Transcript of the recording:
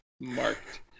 marked